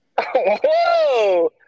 Whoa